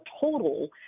total